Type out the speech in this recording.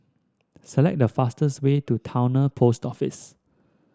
select the fastest way to Towner Post Office